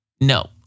No